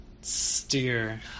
steer